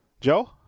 Joe